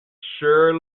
sure